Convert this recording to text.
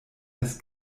des